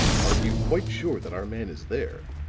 are you quite sure that our man is there,